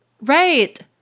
Right